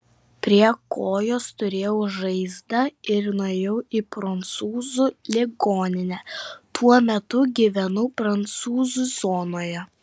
prie kojos turėjau žaizdą ir nuėjau į prancūzų ligoninę tuo metu gyvenau prancūzų zonoje